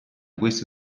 queste